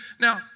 Now